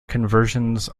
conversions